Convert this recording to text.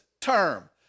term